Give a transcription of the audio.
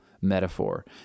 metaphor